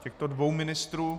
Těchto dvou ministrů.